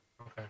okay